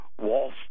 Wall